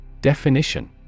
Definition